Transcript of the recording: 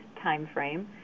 timeframe